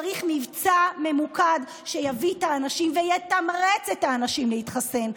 צריך מבצע ממוקד שיביא את האנשים ויתמרץ את האנשים להתחסן,